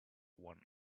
one